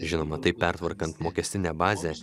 žinoma taip pertvarkant mokestinę bazę